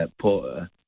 Porter